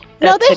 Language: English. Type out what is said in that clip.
No